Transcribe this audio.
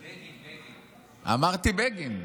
בגין, בגין.